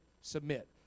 submit